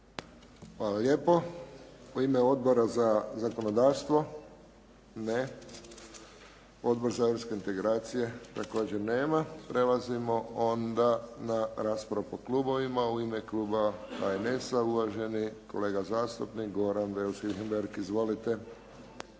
Hvala lijepo. U ime Odbora za zakonodavstvo? Ne. Odbor za europske integracije? Također nema. Prelazimo onda na raspravu po klubovima. U ime kluba HNS-a uvaženi kolega zastupnik Goran Beus Richembergh. Izvolite.